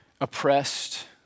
oppressed